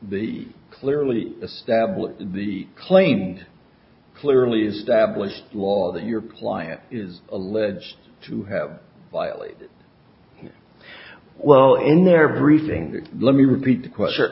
the clearly establish the claims clearly established law that your client is alleged to have violated well in their briefing let me repeat the question